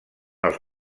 els